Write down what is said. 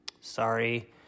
Sorry